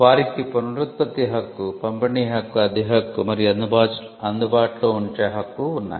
వారికి పునరుత్పత్తి హక్కు పంపిణీ హక్కు అద్దె హక్కు మరియు అందుబాటులో ఉంచే హక్కు ఉన్నాయి